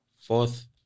Fourth